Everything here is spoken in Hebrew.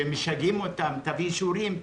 שמשגעים אותם להביא אישורים,